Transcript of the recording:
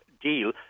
deal